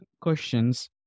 questions